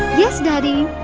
yes daddy